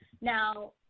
Now